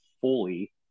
fully